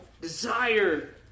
desire